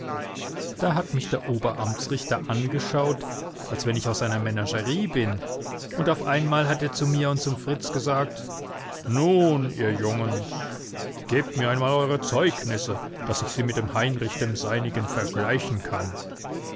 da hat mich der oberamtsrichter angeschaut als wenn ich aus einer menagerie bin und auf einmal hat er zu mir und zum fritz gesagt nun ihr jungens gebt mir einmal eure zeugnisse daß ich sie mit dem heinrich dem seinigen vergleichen kann